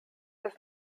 das